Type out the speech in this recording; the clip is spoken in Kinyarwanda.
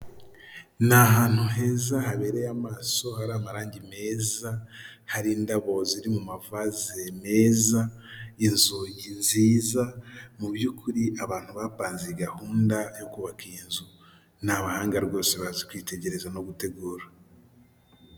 Ni ahantu heza habereye amaso, hari amarangi meza, hari indabo ziri mu mavaze meza, inzugi nziza, mu by'ukuri abantu bapanze gahunda yo kubaka iyi nzu, ni abahanga rwose bazi kwitegereza no gutegura.